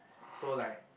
so like